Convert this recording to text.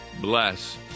bless